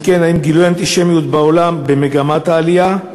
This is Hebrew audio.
3. האם גילויי האנטישמיות בעולם במגמת עלייה?